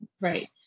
Right